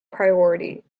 priority